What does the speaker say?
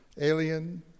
Alien